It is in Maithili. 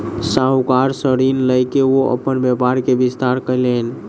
साहूकार सॅ ऋण लय के ओ अपन व्यापार के विस्तार कयलैन